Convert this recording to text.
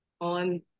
on